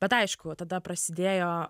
bet aišku va tada prasidėjo